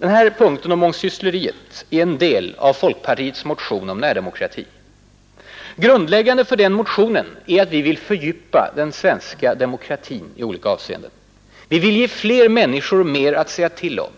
Kampen mot mångsyssleriet är en del av folkpartiets motion om närdemokrati. Grundläggande för den motionen är att vi vill fördjupa den svenska demokratin i olika avseenden. Vi vill ge fler människor mer att säga till om.